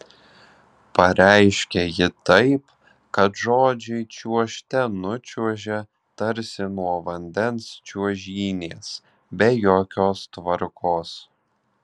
pareiškia ji taip kad žodžiai čiuožte nučiuožia tarsi nuo vandens čiuožynės be jokios tvarkos